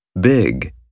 Big